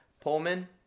Pullman